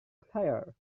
player